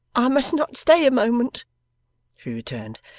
i must not stay a moment she returned,